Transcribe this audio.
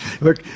look